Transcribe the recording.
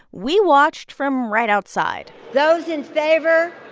we watched from right outside those in favor,